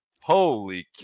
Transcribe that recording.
holy